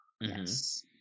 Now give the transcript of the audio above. Yes